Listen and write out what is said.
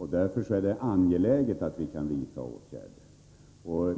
utan att det är angeläget att åtgärder vidtas så snabbt som möjligt.